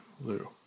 Lou